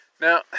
Now